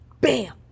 bam